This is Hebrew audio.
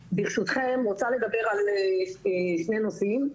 ברשותכם, אני רוצה לדבר על שני נושאים.